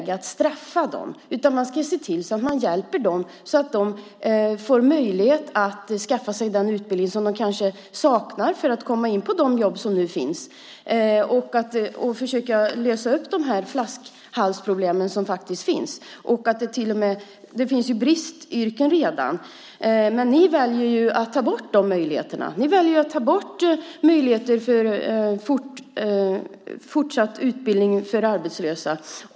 Man ska inte straffa dem, utan man ska hjälpa dem så att de får möjlighet att skaffa den utbildning som de saknar för att kunna få de jobb som nu finns. Man ska försöka lösa de flaskhalsproblem som finns. Det finns redan bristyrken. Ni väljer att ta bort de möjligheterna. Ni väljer att ta bort möjligheter för fortsatt utbildning för arbetslösa.